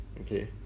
Okay